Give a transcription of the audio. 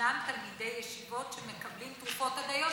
ושישנם תלמידי ישיבות שמקבלים תרופות עד היום.